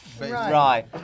Right